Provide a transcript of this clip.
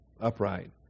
upright